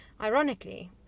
Ironically